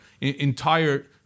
entire